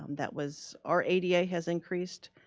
um that was our ada has increased,